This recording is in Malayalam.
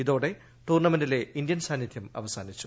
ഇതോടെ ടൂർണമെന്റിലെ ഇന്ത്യൻ സാനിധ്യം അവസാനിച്ചു